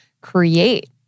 create